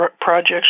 projects